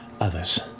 others